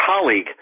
colleague